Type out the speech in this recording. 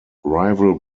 rival